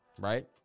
Right